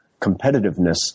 competitiveness